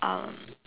um